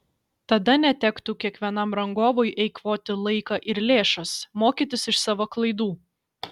tada netektų kiekvienam rangovui eikvoti laiką ir lėšas mokytis iš savo klaidų